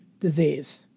disease